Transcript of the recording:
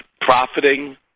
profiting